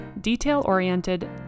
detail-oriented